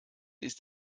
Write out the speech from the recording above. ist